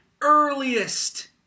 earliest